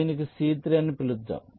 దీనిని C3 అని పిలుద్దాం